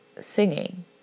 singing